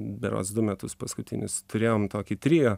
berods du metus paskutinis turėjom tokį trio